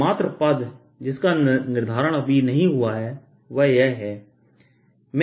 एक मात्र पद जिसका निर्धारण अभी तक नहीं हुआ है वह यह है